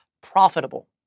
profitable